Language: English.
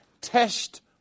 test